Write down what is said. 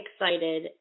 excited